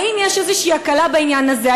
האם יש איזו הקלה בעניין הזה?